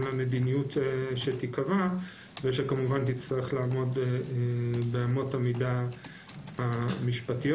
למדיניות שתיקבע וכמובן תצטרך לעמוד באמות המידה משפטיות